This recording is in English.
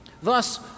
Thus